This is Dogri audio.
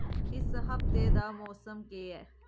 इस हफ्ते दा मौसम केह् ऐ